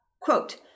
quote